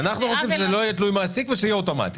אנחנו רוצים שזה לא יהיה תלוי מעסיק ושיהיה אוטומטי.